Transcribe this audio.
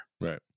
Right